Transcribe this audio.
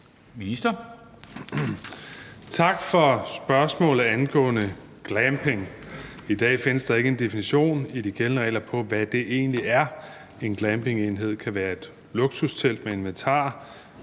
Tak for spørgsmålet angående glamping. Der findes i dag ikke en definition i de gældende regler på, hvad det egentlig er. En glampingenhed kan være et luksustelt med inventar